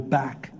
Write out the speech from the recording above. back